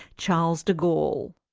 charles de gaulle.